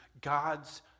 God's